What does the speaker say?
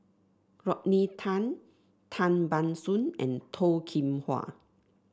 Rodney Tan Tan Ban Soon and Toh Kim Hwa